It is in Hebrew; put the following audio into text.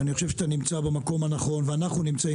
אני חושב שאתה במקום הנכון ואנחנו נמצאים